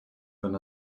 been